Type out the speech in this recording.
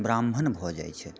ब्राह्मण भए जाइत छथि